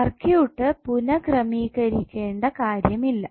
circuit പുനഃക്രമീകരിക്കേണ്ട കാര്യമില്ല